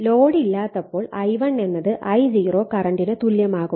load ഇല്ലാത്തപ്പോൾ I1 എന്നത് I0 കറന്റിന് തുല്യമാകും